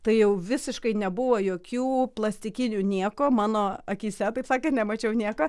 tai jau visiškai nebuvo jokių plastikinių nieko mano akyse taip sakė nemačiau nieko